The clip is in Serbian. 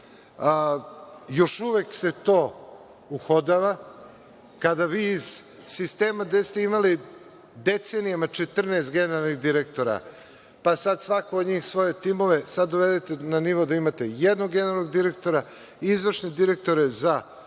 uvek se to uhodava. Kada vi iz sistema gde ste imali decenijama 14 generalnih direktora, pa sada svako od njih svoje timove, sada dovedete na nivo da imate jednog generalnog direktora, izvršne direktore za